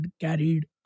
carried